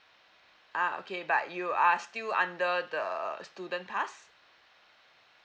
ah okay but you are still under the student pass